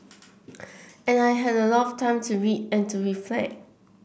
and I had a lot of time to read and to reflect